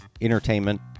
entertainment